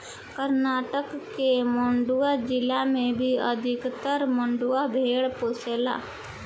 कर्नाटक के मांड्या जिला में ही अधिकतर मंड्या भेड़ पोसाले